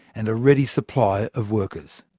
and a ready supply of workers.